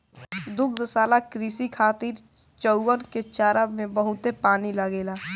दुग्धशाला कृषि खातिर चउवन के चारा में बहुते पानी लागेला